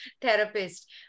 therapist